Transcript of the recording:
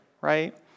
right